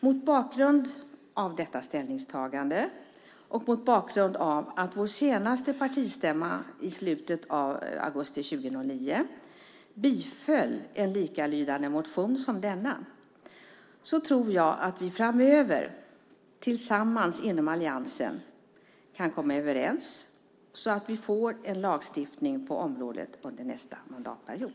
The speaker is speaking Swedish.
Mot bakgrund av detta ställningstagande och mot bakgrund av att vår senaste partistämma i slutet av augusti 2009 biföll en likalydande motion som denna tror jag att vi framöver tillsammans inom alliansen kan komma överens så att vi får en lagstiftning på området under nästa mandatperiod.